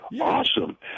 awesome